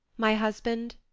my husband,